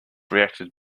reacted